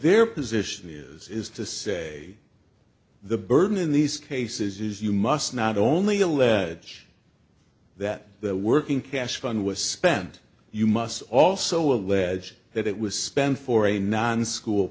their position is is to say the burden in these cases is you must not only allege that that working cash fund was spent you must also allege that it was spent for a non school